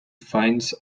finds